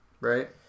right